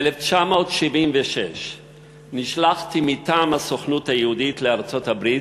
ב-1976 נשלחתי מטעם הסוכנות היהודית לארצות-הברית,